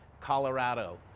Colorado